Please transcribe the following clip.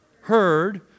heard